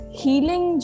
healing